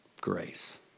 Grace